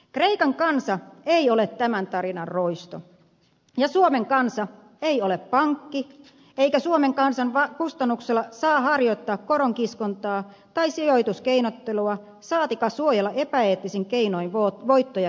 kreikan kansa ei ole tämän tarinan roisto ja suomen kansa ei ole pankki eikä suomen kansan kustannuksella saa harjoittaa koronkiskontaa tai sijoituskeinottelua saatikka suojella epäeettisin keinoin voittoja käärineitä